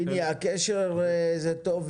הקשר טוב,